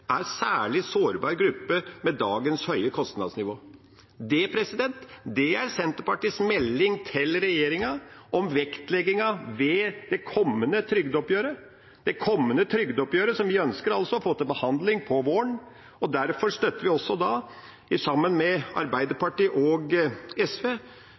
er en særlig sårbar gruppe med dagens høye kostnadsnivå». Det er Senterpartiets melding til regjeringa om vektleggingen ved det kommende trygdeoppgjøret, som vi altså ønsker å få til behandling om våren. Derfor støtter vi, sammen med Arbeiderpartiet og SV, komiteens forslag til vedtak I: «Stortinget ber regjeringen gjeninnføre praksisen med